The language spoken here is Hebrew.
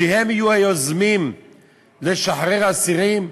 שהם יהיו היוזמים לשחרר אסירים?